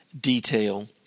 detail